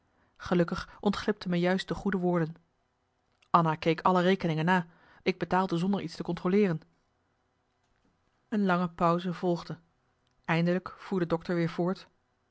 gelukkig ontglipten me juist de goede woorden anna keek alle rekeningen na ik betaalde zonder iets te controleeren een lange pauze volgde eindelijk voer de dokter weer voort